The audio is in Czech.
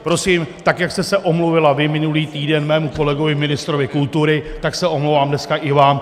Prosím, tak jak jste se omluvila vy minulý týden mému kolegovi ministrovi kultury, tak se omlouvám dneska i vám.